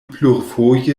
plurfoje